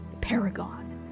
Paragon